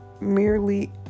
merely